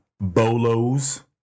bolos